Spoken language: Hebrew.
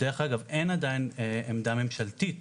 דרך אגב, עדיין אין עמדה ממשלתית